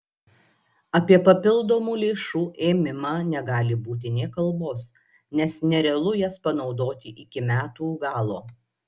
apie papildomų lėšų ėmimą negali būti nė kalbos nes nerealu jas panaudoti iki metų galo